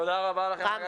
תודה רבה לך.